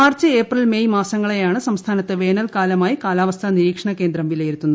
March April May മാസങ്ങളെയാണ് സംസ്ഥാനത്ത് വേനൽക്കാലമായി കാലാവസ്ഥ നിരീക്ഷണകേന്ദ്രം വിലയിരുത്തുന്നത്